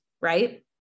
right